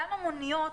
גם המוניות,